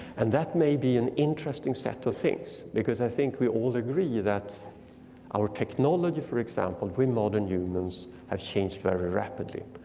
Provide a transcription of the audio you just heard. and that may be an interesting set of things because i think we all agree that our technology, for example, we, modern humans have changed very rapidly.